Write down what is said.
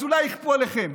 אז אולי יכפו עליכם.